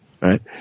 right